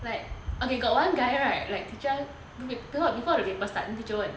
like okay got one guy right like teacher before the paper start then teacher 问